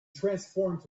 transformed